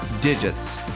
digits